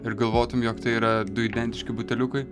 ir galvotumei jog tai yra du identiški buteliukai